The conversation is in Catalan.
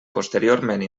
posteriorment